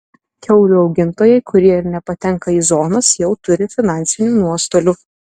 kiaulių augintojai kurie ir nepatenka į zonas jau turi finansinių nuostolių